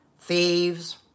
thieves